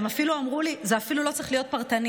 הן אפילו אמרו לי: זה אפילו לא צריך להיות פרטני,